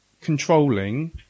controlling